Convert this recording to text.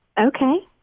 Okay